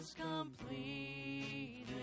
completely